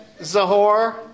Zahor